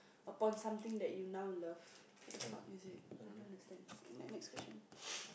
upon something that you now love what the fuck is it I don't understand next question